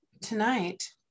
tonight